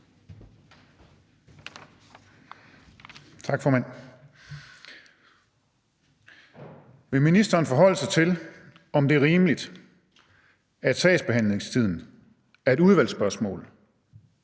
Tak, formand. Vil ministeren forholde sig til, om det er rimeligt, at sagsbehandlingstiden af et udvalgsspørgsmål